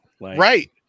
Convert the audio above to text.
Right